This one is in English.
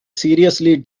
seriously